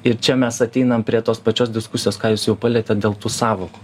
ir čia mes ateinam prie tos pačios diskusijos ką jūs jau palietėt dėl tų sąvokų